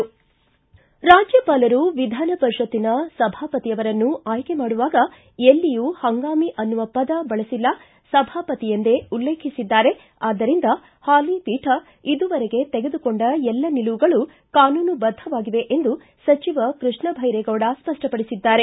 ರಾಜ್ಯಪಾಲರು ವಿಧಾನಪರಿಷತ್ತಿನ ಸಭಾಪತಿಯವರನ್ನು ಆಯ್ಕೆ ಮಾಡುವಾಗ ಎಲ್ಲಿಯೂ ಪಂಗಾಮಿ ಅನ್ನುವ ಪದ ಬಳಸಿಲ್ಲ ಸಭಾಪತಿಯೆಂದೇ ಉಲ್ಲೇಖಿಸಿದ್ದಾರೆ ಆದ್ದರಿಂದ ಹಾಲಿ ಪೀಠ ಇದುವರೆಗೆ ತೆಗೆದುಕೊಂಡ ಎಲ್ಲಾ ನಿಲುವುಗಳು ಕಾನೂನುಬದ್ಧವಾಗಿದೆ ಎಂದು ಸಚಿವ ಕೃಷ್ಣ ಭೈರೇಗೌಡ ಸ್ಪಷ್ಟಪಡಿಸಿದ್ದಾರೆ